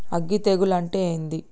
అగ్గి తెగులు అంటే ఏంది?